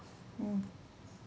mm